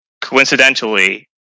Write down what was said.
coincidentally